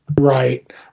Right